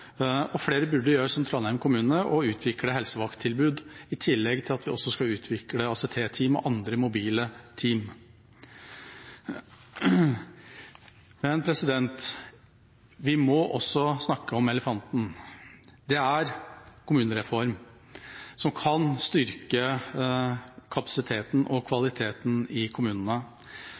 og flere burde gjøre som Trondheim kommune, å utvikle helsevakttilbud, i tillegg til at vi også skal utvikle ACT-team og andre mobile team. Men vi må også snakke om elefanten. Det er kommunereform, som kan styrke kapasiteten og kvaliteten i kommunene.